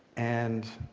and